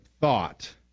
thought